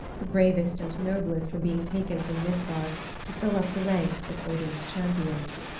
the bravest and noblest were being taken from midgard to fill up the ranks of odin's champions.